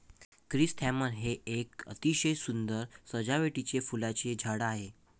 chrysanthemum हे एक अतिशय सुंदर सजावटीचे फुलांचे झाड आहे